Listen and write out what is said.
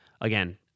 Again